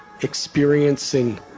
experiencing